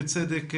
בצדק,